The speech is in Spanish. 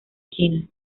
china